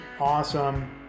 awesome